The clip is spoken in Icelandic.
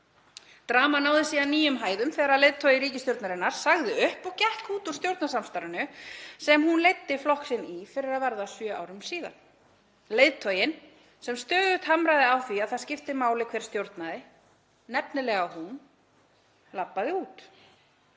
Dramað náði síðan nýjum hæðum þegar leiðtogi ríkisstjórnarinnar sagði upp og gekk út úr stjórnarsamstarfinu sem hún leiddi flokk sinn inn í fyrir að verða sjö árum síðan. Leiðtoginn sem stöðugt hamraði á því að það skipti máli hver stjórnaði, nefnilega hún, labbaði út.